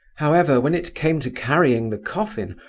however, when it came to carrying the coffin,